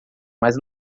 mas